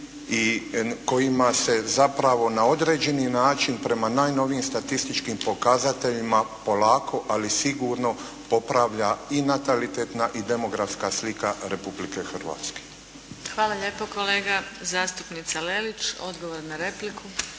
i kojima se zapravo na određeni način prema najnovijim statističkim pokazateljima polako ali sigurno popravlja i natalitetna i demografska slika Republike Hrvatske. **Adlešič, Đurđa (HSLS)** Hvala lijepo kolega. Zastupnica Lelić, odgovor na repliku.